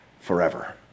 forever